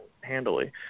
handily